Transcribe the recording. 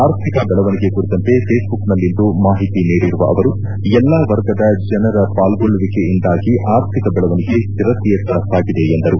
ಆರ್ಥಿಕ ಬೆಳವಣಿಗೆ ಕುರಿತಂತೆ ಫೇಸ್ಬುಕ್ನಲ್ಲಿಂದು ಮಾಹಿತಿ ನೀಡಿರುವ ಅವರು ಎಲ್ಲಾ ವರ್ಗದ ಜನರ ಪಾಲ್ಗೊಳ್ಲುವಿಕೆಯಿಂದಾಗಿ ಆರ್ಥಿಕ ಬೆಳವಣಿಗೆ ಸ್ಸಿರತೆಯತ್ತ ಸಾಗಿದೆ ಎಂದರು